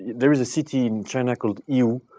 there is a city in china called yu,